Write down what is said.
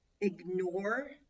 ignore